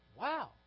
Wow